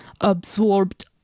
absorbed